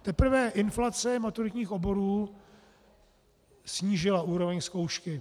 Teprve inflace maturitních oborů snížila úroveň zkoušky.